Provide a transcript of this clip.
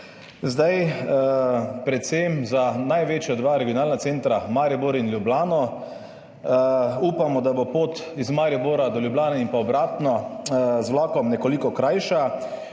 leta. Predvsem za največja dva regionalna centra, Maribor in Ljubljano, upamo, da bo pot iz Maribora do Ljubljane in obratno z vlakom nekoliko krajša